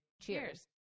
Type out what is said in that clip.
Cheers